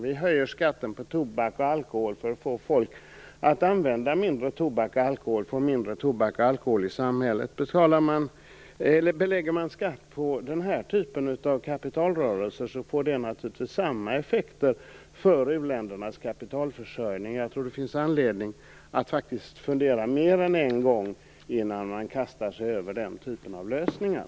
Vi höjer skatten på tobak och alkohol för att få folk att använda mindre tobak och alkohol och för att få mindre tobak och alkohol i samhället. Belägger man denna typ av kapitalrörelser med skatt får det naturligtvis samma effekt för u-ländernas kapitalförsörjning. Jag tror att det finns anledning att fundera mer än en gång innan man kastar sig över den typen av lösningar.